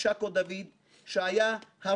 תודה לעורכת הדין מאיה עזריה,